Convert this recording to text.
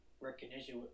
recognition